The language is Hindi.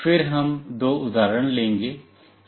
फिर हम दो उदाहरण लेंगे